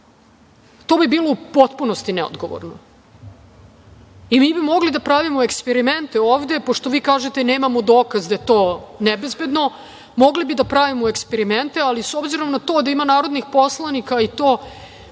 To bi bilo u potpunosti neodgovorno. Mi bi mogli da pravimo eksperimente ovde, pošto vi kažete - nemamo dokaz da je to nebezbedno, mogli bi da pravimo eksperimente, ali s obzirom na to da ima narodnih poslanika koji